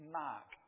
mark